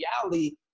reality